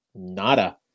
Nada